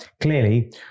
clearly